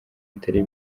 atari